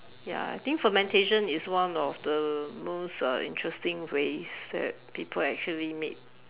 ya I think fermentation is one of the most uh interesting ways that people actually make